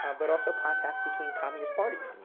ah but also contact between communist parties.